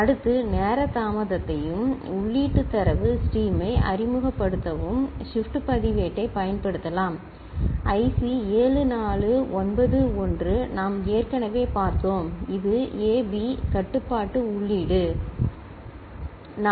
அடுத்து நேர தாமதத்தையும் உள்ளீட்டு தரவு ஸ்ட்ரீமை அறிமுகப்படுத்தவும் ஷிப்ட் பதிவேட்டைப் பயன்படுத்தலாம் ஐசி 7491 நாம் ஏற்கனவே பார்த்தோம் இது ஏ பி கட்டுப்பாட்டு உள்ளீடு சரி